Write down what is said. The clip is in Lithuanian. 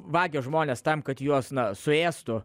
vagia žmones tam kad juos na suėstų